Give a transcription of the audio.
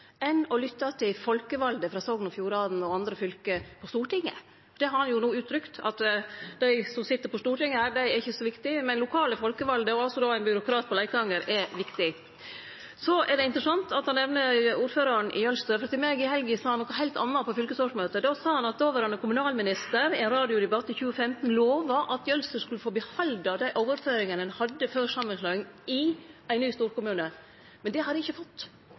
å lytte til folkevalde frå Sogn og Fjordane og andre fylke på Stortinget. Det har han no uttrykt – at dei som sit her på Stortinget, er ikkje så viktige, men lokale folkevalde, og altså ein byråkrat på Leikanger, er viktige. Så er det interessant at han nemner ordføraren i Jølster, for på fylkesårsmøtet i helga sa han noko heilt anna til meg.. Då sa han at dåverande kommunalminister i ein radiodebatt i 2015 lova at Jølster skulle få behalde dei overføringane ein hadde før samanslåing, i ein ny storkommune, men det har dei ikkje fått.